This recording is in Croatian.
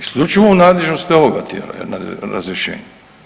isključivo u nadležnosti ovoga tijela je razrješenje.